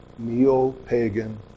Neo-pagan